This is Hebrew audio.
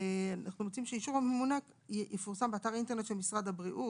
אנחנו רוצים ש"אישור המנכ"ל יפורסם באתר האינטרנט של משרד הבריאות